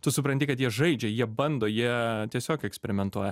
tu supranti kad jie žaidžia jie bando jie tiesiog eksperimentuoja